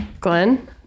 Glenn